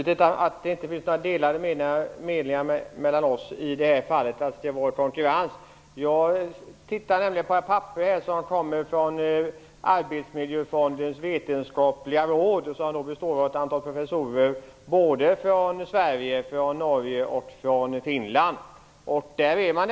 Fru talman! Jag uppfattar det som positivt att det inte är några delade meningar mellan oss i konkurrensfrågan. Jag har i min hand ett papper från Arbetsmiljöfondens vetenskapliga råd, som består av ett antal professorer inte bara från Sverige utan också från Norge och Finland.